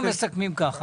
אנחנו מסכמים כך.